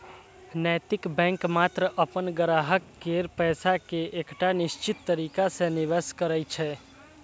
नैतिक बैंक मात्र अपन ग्राहक केर पैसा कें एकटा निश्चित तरीका सं निवेश करै छै